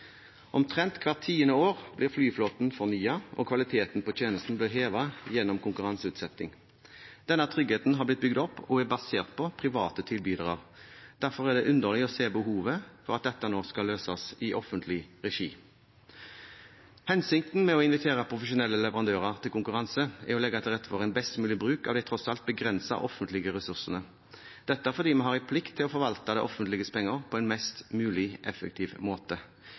Omtrent hvert tiende år blir flyflåten fornyet, og kvaliteten på tjenesten blir hevet gjennom konkurranseutsetting. Denne tryggheten har blitt bygd opp og er basert på private tilbydere. Derfor er det underlig å se behovet for at dette nå skal løses i offentlig regi. Hensikten med å invitere profesjonelle leverandører til konkurranse er å legge til rette for en best mulig bruk av de tross alt begrensete offentlige ressursene. Dette er fordi vi har en plikt til å forvalte det offentliges penger på en mest mulig effektiv måte.